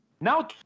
Now